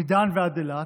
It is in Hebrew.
מדן ועד אילת: